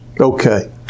Okay